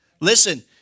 Listen